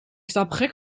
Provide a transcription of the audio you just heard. stapelgek